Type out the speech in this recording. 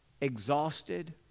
exhausted